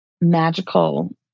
magical